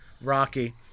Rocky